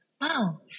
wow